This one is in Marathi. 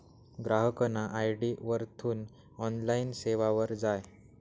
ग्राहकना आय.डी वरथून ऑनलाईन सेवावर जाय